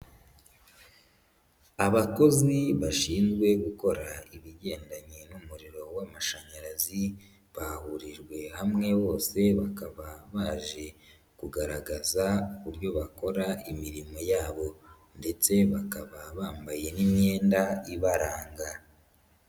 Abakozi bashinzwe gukora ibigendanye n'umuriro w'amashanyarazi, bahurijwe hamwe bose, bakaba baje kugaragaza uburyo bakora imirimo yabo ndetse bakaba bambaye n'imyenda ibaranga.